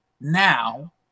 now